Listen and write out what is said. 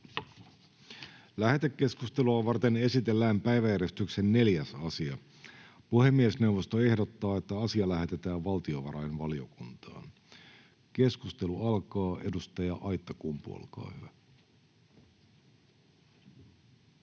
Lähetekeskustelua varten esitellään päiväjärjestyksen 4. asia. Puhemiesneuvosto ehdottaa, että asia lähetetään valtiovarainvaliokuntaan. — Keskustelu alkaa. Edustaja Aittakumpu, olkaa hyvä.